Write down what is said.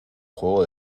juego